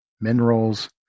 minerals